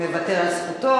מוותר על זכותו.